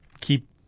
keep